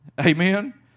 Amen